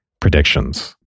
predictions